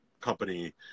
company